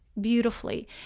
beautifully